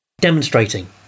demonstrating